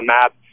map